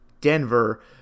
denver